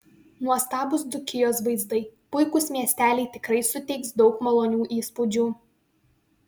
nuostabūs dzūkijos vaizdai puikūs miesteliai tikrai suteiks daug malonių įspūdžių